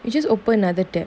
it just open another tab